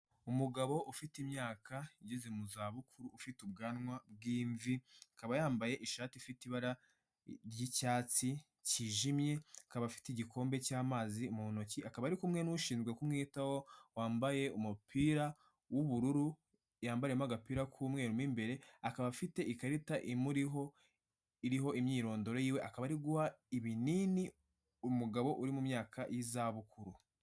Umugabo ufite imyaka igeze mu za bukuru, ufite ubwanwa bw'imvi, akaba yambaye ishati ifite ibara ry'icyatsi cyijimye, akaba afite igikombe cya mazi mu ntoki, akaba ari kumwe n'ushinzwe kumwitaho wambaye umupira w'ubururu yambariyemo agapira k'umweru imbere, akaba afite ikarita imuriho iriho imyirondoro, akaba ari guha ibinini umugabo uri mu myaka y'izabukuru.